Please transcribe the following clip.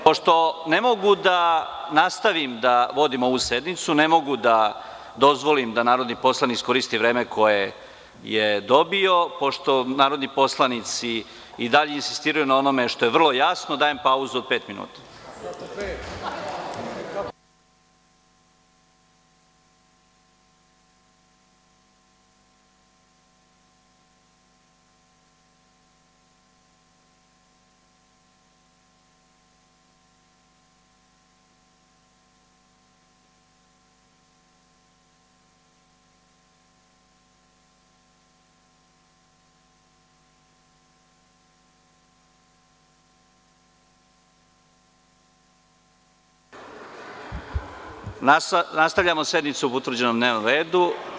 Pošto ne mogu da nastavim da vodim ovu sednicu, ne mogu da dozvolim da narodni poslanik iskoristi vreme koje je dobio, pošto narodni poslanici i dalje insistiraju na onome što je vrlo jasno, dajem pauzu od pet minuta. [[Posle pauze.]] Dame i gospodo, nastavljamo sednicu po utvrđenom dnevnom redu.